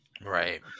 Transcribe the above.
Right